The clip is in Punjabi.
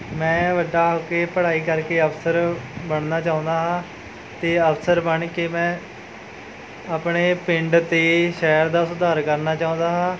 ਮੈਂ ਵੱਡਾ ਹੋ ਕੇ ਪੜ੍ਹਾਈ ਕਰਕੇ ਅਫ਼ਸਰ ਬਣਨਾ ਚਾਹੁੰਦਾ ਹਾਂ ਅਤੇ ਅਫ਼ਸਰ ਬਣ ਕੇ ਮੈਂ ਆਪਣੇ ਪਿੰਡ ਅਤੇ ਸ਼ਹਿਰ ਦਾ ਸੁਧਾਰ ਕਰਦਾ ਚਾਹੁੰਦਾ ਹਾਂ